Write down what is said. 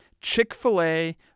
Chick-fil-A